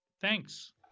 Thanks